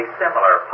similar